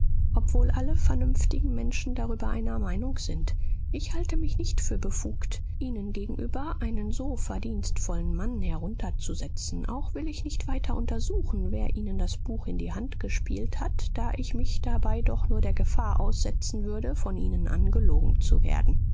obwohl alle vernünftigen menschen darüber einer meinung sind ich halte mich nicht für befugt ihnen gegenüber einen so verdienstvollen mann herunterzusetzen auch will ich nicht weiter untersuchen wer ihnen das buch in die hand gespielt hat da ich mich dabei doch nur der gefahr aussetzen würde von ihnen angelogen zu werden